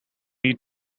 need